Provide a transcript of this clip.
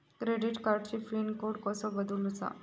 Credit कार्डची pin code कसो बदलुचा?